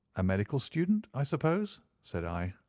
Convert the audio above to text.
a medical student, i suppose? said i.